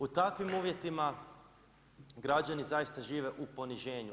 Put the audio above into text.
U takvim uvjetima građani zaista žive u poniženju.